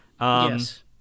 Yes